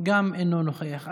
גם אינו נוכח.